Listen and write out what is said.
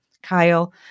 kyle